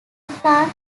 plant